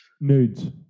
Nudes